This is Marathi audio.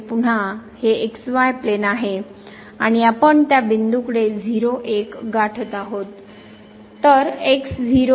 तर या ठिकाणी आपल्याकडे पुन्हा हे प्लेन आहे आणि आपण त्या बिंदूकडे 0 1 गाठत आहोत